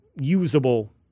usable